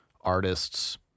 artists